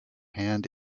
hand